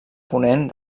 ponent